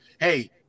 Hey